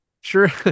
Sure